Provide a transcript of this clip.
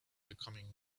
becoming